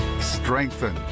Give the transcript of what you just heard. strengthen